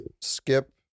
skip